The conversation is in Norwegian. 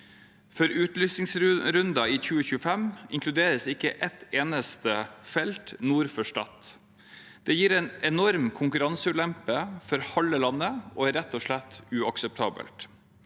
For utlysningsrunden i 2025 inkluderes ikke ett eneste felt nord for Stad. Det gir en enorm konkurranseulempe for halve landet og er rett og slett uakseptabelt.